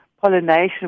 Pollination